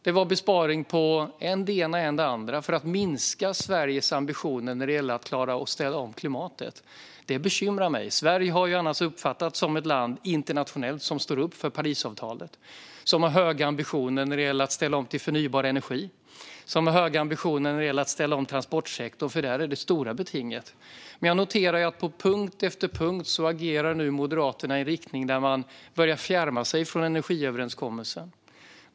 Det var en besparing på än det ena, än det andra för att minska Sveriges ambitioner när det gäller att klara att ställa om klimatet. Detta bekymrar mig. Sverige har ju annars internationellt uppfattats som ett land som står upp för Parisavtalet, som har höga ambitioner när det gäller att ställa om till förnybar energi och som har höga ambitioner när det gäller att ställa om transportsektorn, där det stora betinget finns. Jag noterar att på punkt efter punkt agerar nu Moderaterna i en riktning där de börjar fjärma sig från energiöverenskommelsen.